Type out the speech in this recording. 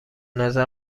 نظر